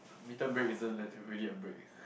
winter break isn't really a break